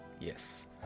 yes